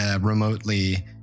remotely